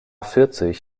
vierzig